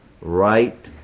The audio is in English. right